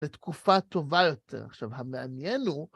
לתקופה טובה יותר. עכשיו, המעניין הוא...